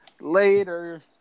Later